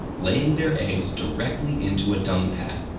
laying their eggs directly into a dung pat.